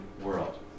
world